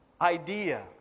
idea